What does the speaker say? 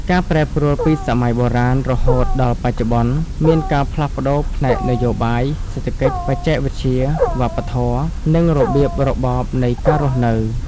ការប្រែប្រួលពីសម័យបុរាណរហូតដល់បច្ចុប្បន្ន មានការផ្លាស់ប្តូរផ្នែកនយោបាយ សេដ្ឋកិច្ច បច្ចេកវិទ្យា វប្បធម៌ និងរបៀបរបបនៃការរស់នៅ។